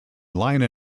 line